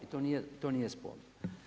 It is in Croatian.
I to nije sporno.